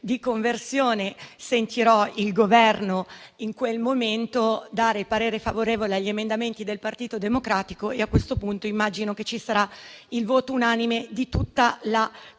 di conversione, sentirò il Governo dare parere favorevole agli emendamenti del Partito Democratico e a quel punto immagino che ci sarà il voto unanime di tutta la Commissione.